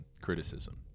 criticism